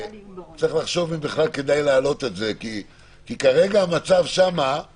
כי כרגע המצב שם זה